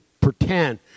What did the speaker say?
pretend